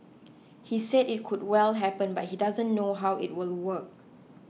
he said it could well happen but he doesn't know how it will work